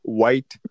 white